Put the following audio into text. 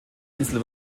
insel